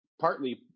partly